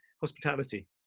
hospitality